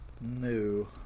No